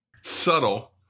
Subtle